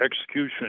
execution